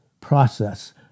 process